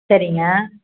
சரிங்க